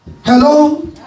Hello